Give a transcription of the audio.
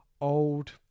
old